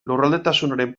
lurraldetasunaren